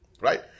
Right